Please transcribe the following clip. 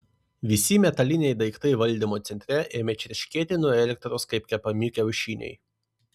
visi metaliniai daiktai valdymo centre ėmė čirškėti nuo elektros kaip kepami kiaušiniai